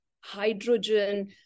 hydrogen